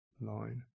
line